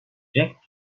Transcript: jack